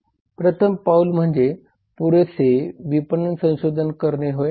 प्रथम पाऊल म्हणजे पुरेसे विपणन संशोधन करणे होय